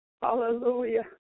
Hallelujah